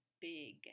big